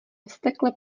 vztekle